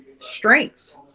strength